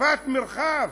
שפת מרחב,